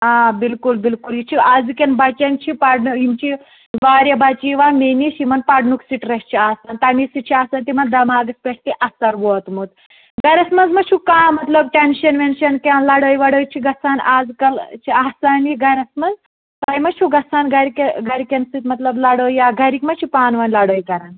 آ بِلکُل بِلکُل یہِ چھِ آزٕکٮ۪ن بَچَن چھِ یہِ پَرنہٕ یِم چھِ یہِ واریاہ بَچہٕ یِوان مےٚ نِش یِمَن پَرنُک سِٹرٛٮ۪س چھِ آسان تَمی سۭتۍ چھِ آسان تِمَن دٮ۪ماغَس پٮ۪تھ تہِ اثر ووتمُت گَرَس منٛز ما چھُو کانٛہہ مطلب ٹٮ۪نشَن وٮ۪نشَن کیٚنہہ لڑٲے وَڑٲے چھِ گژھان آز کَل چھِ آسانی گَرَس منٛز تۄہہِ ما چھُو گژھان گَرِ گَرِکٮ۪ن سۭتۍ مطلب لڑٲے یا گَرِکۍ ما چھِ پانہٕ ؤنۍ لڑٲے کران